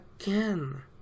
again